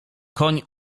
koń